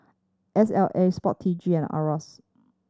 S L A Sport T G and IRAS